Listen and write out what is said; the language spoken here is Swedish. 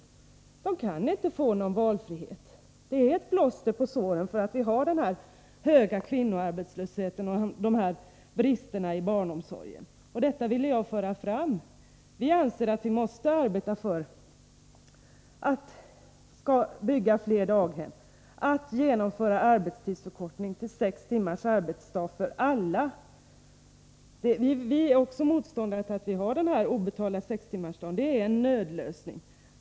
Vårdnadsersättning innebär inte att de får valfrihet, utan det är ett plåster på såren, som beror på den höga kvinnoarbetslösheten och på bristerna i barnomsorgen. Vi anser att vi måste arbeta för att bygga fler daghem och att genomföra en arbetstidsförkortning så att alla får sex timmars arbetsdag. Vi är också motståndare till att vi har den här obetalda sextimmarsdagen. Den är en nödlösning.